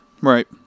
Right